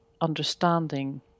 understanding